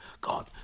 God